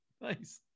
Nice